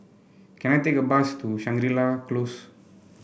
can I take a bus to Shangri La Close